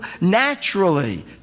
naturally